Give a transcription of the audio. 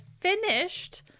finished